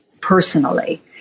personally